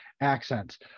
accents